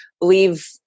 leave